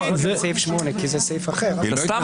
3 של קבוצת סיעת ישראל ביתנו לא נתקבלה.